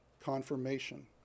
confirmation